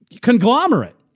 conglomerate